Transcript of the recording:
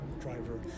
driver